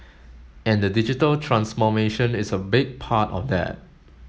and the digital transformation is a big part of that